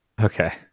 Okay